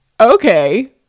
okay